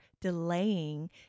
delaying